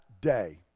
day